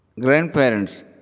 Grandparents